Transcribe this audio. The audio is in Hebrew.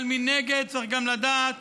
אבל מנגד צריך גם לדעת